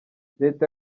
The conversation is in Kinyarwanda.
leta